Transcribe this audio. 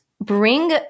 bring